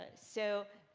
and so